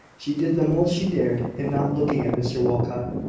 she did the most she dared in not looking at mr walcot,